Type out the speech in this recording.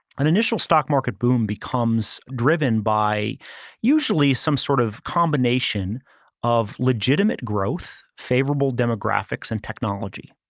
an initial stock market boom becomes driven by usually some sort of combination of legitimate growth, favorable demographics and technology.